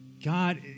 God